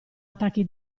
attacchi